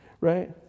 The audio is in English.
Right